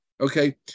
Okay